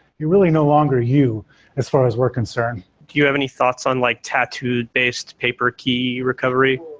you're really no longer you as far as we're concerned do you have any thoughts on like tattooed-based paper key recovery?